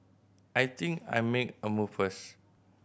I think I'll make a move